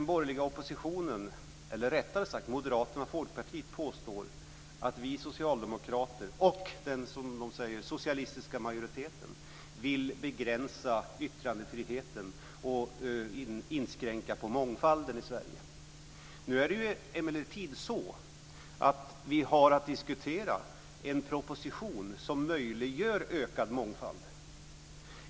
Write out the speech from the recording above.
Moderaterna och Folkpartiet - påstår att vi socialdemokrater och, som de säger, den socialistiska majoriteten vill begränsa yttrandefriheten och inskränka mångfalden i Sverige. Nu är det emellertid så att vi har att diskutera en proposition som möjliggör ökad mångfald.